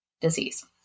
disease